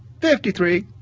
fifty three,